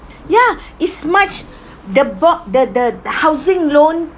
ya it's much the bo~ the the housing loan